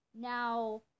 now